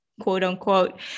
quote-unquote